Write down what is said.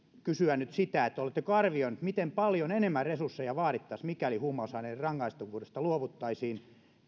kysyä nyt sitä oletteko arvioineet miten paljon enemmän resursseja vaadittaisiin mikäli huumausaineiden rangaistavuudesta luovuttaisiin